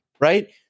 Right